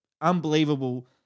unbelievable